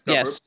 Yes